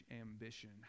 ambition